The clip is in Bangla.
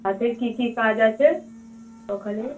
হাতের কী কী কাজ আছে ওখানে